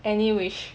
any wish